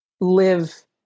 live